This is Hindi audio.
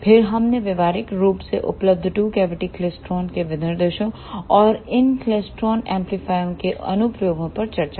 फिर हमने व्यावहारिक रूप से उपलब्ध टू कैविटी क्लेस्ट्रॉनके विनिर्देशों और इन क्लेस्ट्रॉन एम्पलीफायरों के अनुप्रयोगों पर चर्चा की